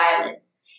violence